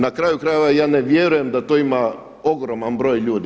Na kraju krajeva, ja ne vjerujem da to ima ogroman broj ljudi.